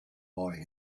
boy